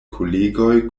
kolegoj